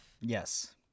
yes